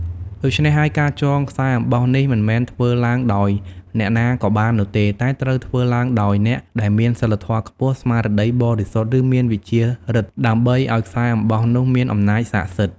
ដូច្នេះហើយ ការចងខ្សែអំបោះនេះមិនមែនធ្វើឡើងដោយអ្នកណាក៏បាននោះទេ តែត្រូវធ្វើឡើងដោយអ្នកដែលមាន សីលធម៌ខ្ពស់ ស្មារតីបរិសុទ្ធ ឬមានវិជ្ជាប្ញទ្ធិ ដើម្បីឲ្យខ្សែអំបោះនោះមានអំណាចស័ក្តិសិទ្ធិ។